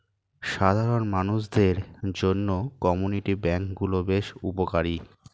সাধারণ মানুষদের জন্য কমিউনিটি ব্যাঙ্ক গুলো বেশ উপকারী